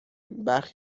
برخی